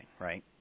right